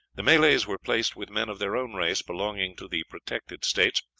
the malays were placed with men of their own race belonging to the protected states,